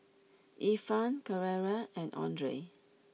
Ifan Carrera and Andre